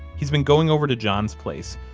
he's been going over to john's place,